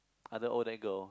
other Odac girl